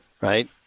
Right